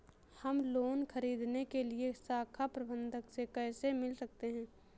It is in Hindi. हम लोन ख़रीदने के लिए शाखा प्रबंधक से कैसे मिल सकते हैं?